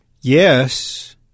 Yes